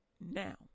Now